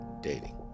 dating